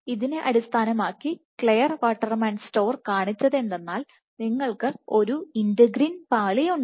ഇതിനെ അടിസ്ഥാനമാക്കി Clare Waterman സ്റ്റോർ കാണിച്ചത് എന്തെന്നാൽ നിങ്ങൾക്ക് ഒരു ഇന്റഗ്രിൻ പാളി ഉണ്ട്